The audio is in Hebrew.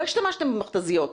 לא השתמשתם במכת"זיות,